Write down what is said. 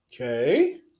Okay